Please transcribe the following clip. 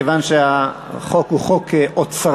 מכיוון שהחוק הוא חוק אוצרי,